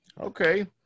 Okay